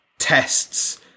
Tests